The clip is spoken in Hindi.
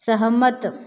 सहमत